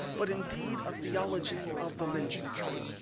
but indeed, a theology of the lynching tree.